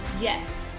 Yes